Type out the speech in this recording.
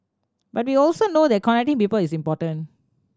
but we also know that connecting people is important